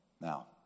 Now